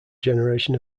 generation